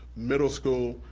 middle school.